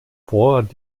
fort